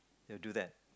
they'll do that